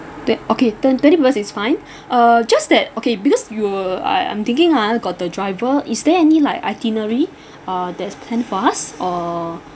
twen~ okay twen~ twenty per cent is fine uh just that okay because you were uh I I'm thinking ha got the driver is there any like itinerary uh that's plan for us or